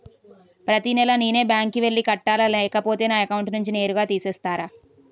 ప్రతి నెల నేనే బ్యాంక్ కి వెళ్లి కట్టాలి లేకపోతే నా అకౌంట్ నుంచి నేరుగా తీసేస్తర?